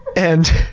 and